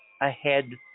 ahead